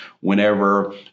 whenever